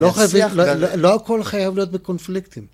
לא הכל חייב להיות בקונפליקטים.